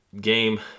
game